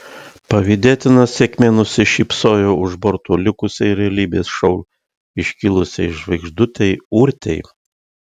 pavydėtina sėkmė nusišypsojo už borto likusiai realybės šou iškilusiai žvaigždutei urtei